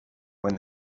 when